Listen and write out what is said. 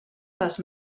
dels